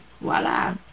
voila